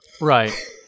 right